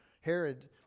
Herod